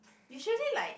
usually like